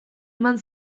eman